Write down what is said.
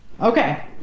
Okay